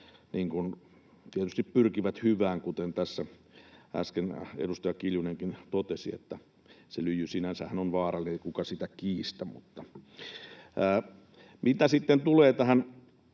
tietysti pyrkivät hyvään, kuten tässä äsken edustaja Kiljunenkin totesi, kun se lyijy sinänsähän on vaarallinen, ei kukaan sitä kiistä. Mitä sitten tulee tähän